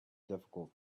difficult